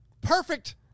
perfect